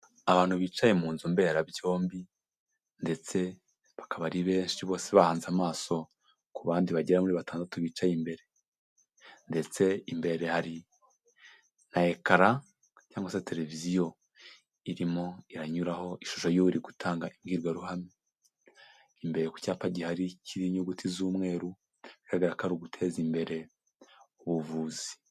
Abantu bicaye mu nzu mberabyombi ndetse bakaba ari benshi bose bahanze amaso ku bandi bagera kuri batandatu bicaye imbere, ndetse imbere hari n'ekara cyangwa se tereviziyo irimo iranyuraho ishusho y'uri gutanga imbwirwaruhame, imbere ku cyapa gihari kiriho inyuguti z'umweru, bigaragara ko ari uguteza imbere ubuvuzi.